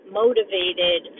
motivated